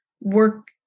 work